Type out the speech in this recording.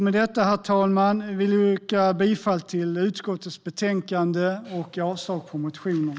Med detta, herr talman, vill jag yrka bifall till utskottets förslag till beslut och avslag på motionen.